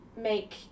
make